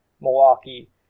milwaukee